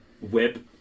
whip